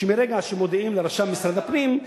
שמרגע שמודיעים לרשם משרד הפנים,